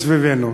מסביבנו.